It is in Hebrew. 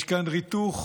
יש כאן ריתוך